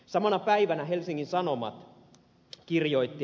samana päivänä helsingin sanomat kirjoitti